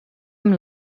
amb